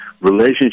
relationship